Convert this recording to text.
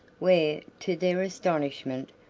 where, to their astonishment,